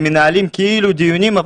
הם מנהלים כאילו דיונים,